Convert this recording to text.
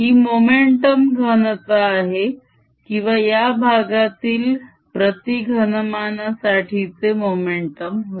ही momentum घनता आहे किंवा या भागातील प्रती घनमानासाठीचे मोमेंटम होय